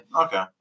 Okay